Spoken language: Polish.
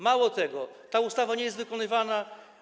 Mało tego, ta ustawa nie jest wykonywana.